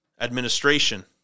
administration